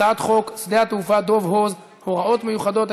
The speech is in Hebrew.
הצעת חוק שדה התעופה דב הוז (הוראות מיוחדות),